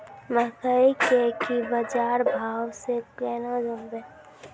मकई के की बाजार भाव से केना जानवे?